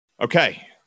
Okay